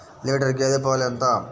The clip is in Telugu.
లీటర్ గేదె పాలు ఎంత?